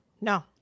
no